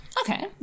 Okay